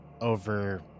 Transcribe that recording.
over